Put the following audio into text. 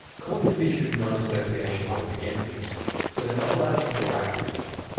courts have issued non-association orders against these two, so they're not allowed to interact with each other.